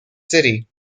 city